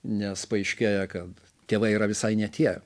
nes paaiškėja kad tėvai yra visai ne tie